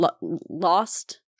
Lost